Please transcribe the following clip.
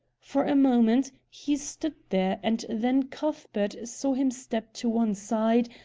for a moment he stood there, and then cuthbert saw him step to one side,